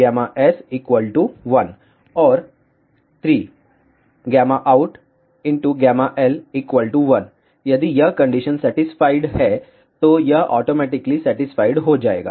Γins1और 3Γoutl1 यदि यह condition satisfied है तो यह ऑटोमेटिकली सेटिस्फाइड हो जाएगा